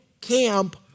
camp